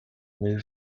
move